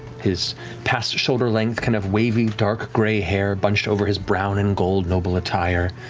his past-shoulder-length, kind of wavy dark gray hair bunched over his brown and gold noble attire,